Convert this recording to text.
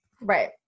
Right